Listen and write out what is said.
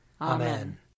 Amen